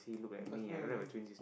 that's mm